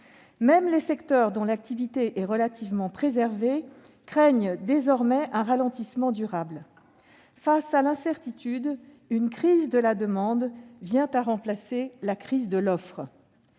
Même les secteurs dont l'activité est relativement préservée craignent désormais un ralentissement durable. Face à l'incertitude, une crise de la demande vient remplacer la crise de l'offre.